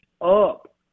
up